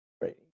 Right